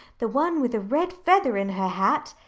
the one with a red feather in her hat.